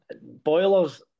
boilers